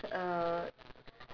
uh